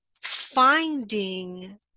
finding